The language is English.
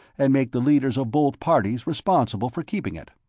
and make the leaders of both parties responsible for keeping it.